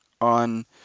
on